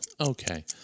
Okay